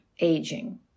aging